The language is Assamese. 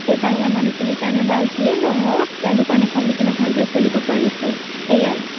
সেই বাহিৰা মানুহখিনিৰ কাৰণে বা যিয়েই নহওঁক তেওঁ দোকান এখন দিকিনে ভালদৰে চলিব পাৰিছে সেইয়াই